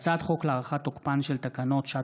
מאת חבר הכנסת מכלוף